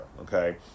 Okay